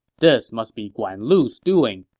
this must be guan lu's doing,